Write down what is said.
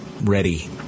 ready